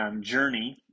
Journey